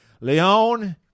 Leon